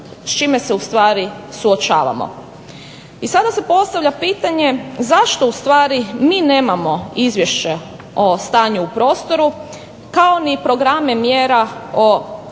s čime se ustvari suočavamo. I sada se postavlja pitanje zašto ustvari mi nemamo izvješće o stanju u prostoru kao ni programe mjera o